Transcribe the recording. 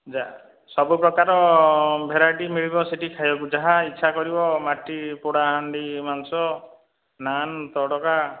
ଯା ସବୁପ୍ରକାର ଭେରାଇଟି ମିଳିବ ସେଠି ଖାଇବାକୁ ଯାହା ଇଚ୍ଛା କରିବ ମାଟି ପୋଡ଼ା ହାଣ୍ଡି ମାଂସ ନାନ ତଡ଼କା